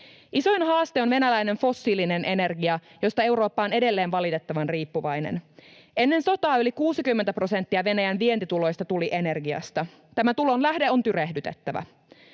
Isoin haaste on venäläinen fossiilinen energia, josta Eurooppa on edelleen valitettavan riippuvainen. Ennen sotaa yli 60 prosenttia Venäjän vientituloista tuli energiasta. Tämä tulonlähde on tyrehdytettävä.